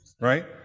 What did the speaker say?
right